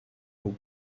haut